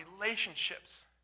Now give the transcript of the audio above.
relationships